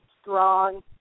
strong